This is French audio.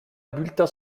bulletin